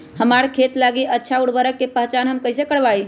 हमार खेत लागी अच्छा उर्वरक के पहचान हम कैसे करवाई?